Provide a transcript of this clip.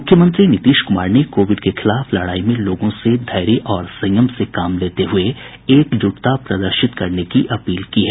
मुख्यमंत्री नीतीश कुमार ने कोविड के खिलाफ लड़ाई में लोगों से धैर्य और संयम से काम लेते हुये एकजुटता प्रदर्शित करने की अपील की है